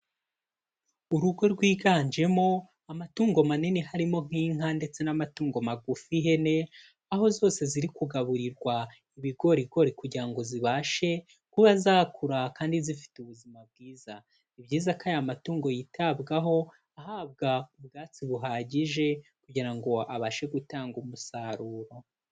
Urugo rwiganjemo amatungo manini harimo nk'inka ndetse n'amatungo magufi ihene, aho zose ziri kugaburirwa ibigorigori kugira ngo zibashe kuba zakura kandi zifite ubuzima bwiza. Ni byiza ko aya matungo yitabwaho ahabwa ubwatsi buhagije kugira ngo abashe gutanga umusaruro.